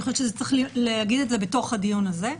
אני חושבת שצריך להגיד את זה בדיון הזה.